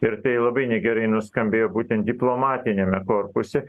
ir tai labai negerai nuskambėjo būtent diplomatiniame korpuse